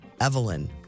Evelyn